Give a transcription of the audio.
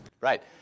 Right